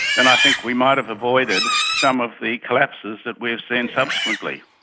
then i think we might have avoided some of the collapses that we've seen subsequently.